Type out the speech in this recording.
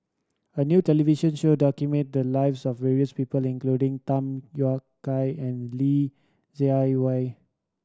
a new television show documented the lives of various people including Tham Yui Kai and Li Jiawei